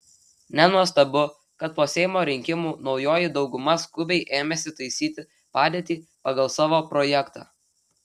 nenuostabu kad po seimo rinkimų naujoji dauguma skubiai ėmėsi taisyti padėtį pagal savo projektą